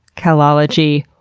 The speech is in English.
kalology.